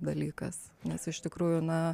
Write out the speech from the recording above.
dalykas nes iš tikrųjų na